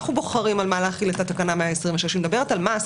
אנחנו בוחרים על מה להכיל את תקנה 126. היא מדברת על מעש,